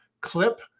clip